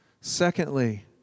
Secondly